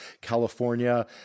California